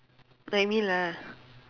like me lah